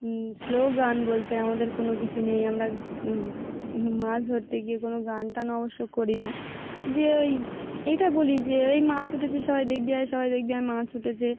slogan বলতে আমাদের কোনো কিছু নেই আমরা মাছ ধরতে গিয়ে কোনো গান টান অবশ্য করি না যে ওই এইটা বলি যে ওই মাছ উঠেছে সবাই দেখবি আ সবাই দেখবি আয় মাছ উঠেছে